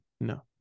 no